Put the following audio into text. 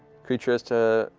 creature has to